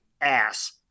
ass